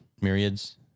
myriads